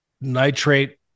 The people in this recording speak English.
nitrate